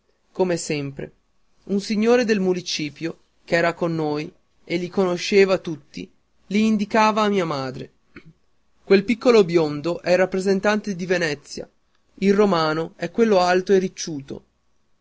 come sempre un signore del municipio ch'era con noi e li conosceva tutti li indicava a mia madre quel piccolo biondo è il rappresentante di venezia il romano è quello alto e ricciuto